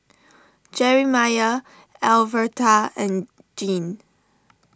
Jerimiah Alverta and Jean